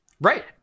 Right